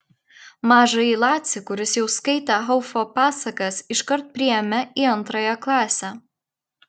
mažąjį lacį kuris jau skaitė haufo pasakas iškart priėmė į antrąją klasę